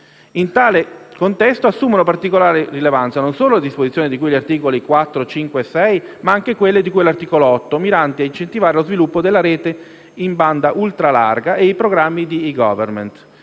In tale contesto assumono particolare rilevanza non solo le disposizioni di cui agli articoli 4, 5 e 6, ma anche quelle di cui all'articolo 8, miranti a incentivare lo sviluppo della rete in banda ultra larga e programmi di *e-goverment*.